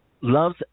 Loves